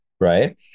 Right